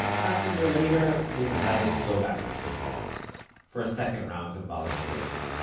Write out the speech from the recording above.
half a year later, they decided to go back to hebron, for a second round of volunteering.